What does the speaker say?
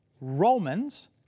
Romans